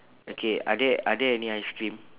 okay are there are there any ice cream